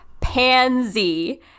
pansy